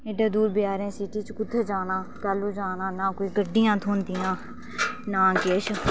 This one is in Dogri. ऐहडे दूर बजार सिटी च कुत्थै जाना कदूं जाना ना कोई गड्डियां थ्होंदियां ना किश